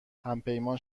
همپیمان